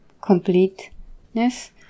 completeness